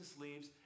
leaves